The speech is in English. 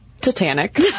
Titanic